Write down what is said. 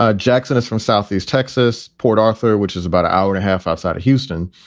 ah jackson is from southeast texas, port arthur, which is about an hour and a half outside of houston.